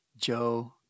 Joe